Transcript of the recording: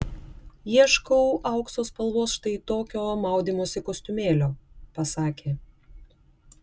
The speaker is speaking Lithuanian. ieškau aukso spalvos štai tokio maudymosi kostiumėlio pasakė